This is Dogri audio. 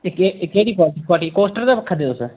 इक्कै इक्कै क्वालिटी कोस्टर गै रक्खा देओ तुस